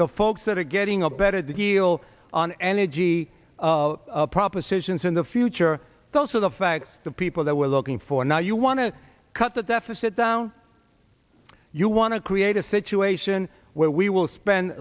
the folks that are getting a better deal on energy propositions in the future those are the facts the people that we're looking for now you want to cut the deficit down you want to create a situation where we will spend